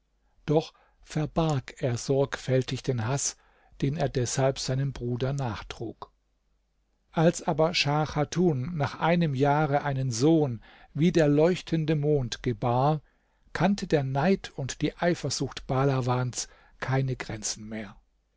doch verbarg er sorgfältig den haß den er deshalb seinem bruder nachtrug als aber schah chatun nach einem jahre einen sohn wie der leuchtende mond gebar kannte der neid und die eifersucht bahlawans keine grenzen mehr